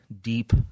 deep